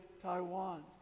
Taiwan